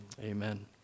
amen